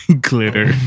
Glitter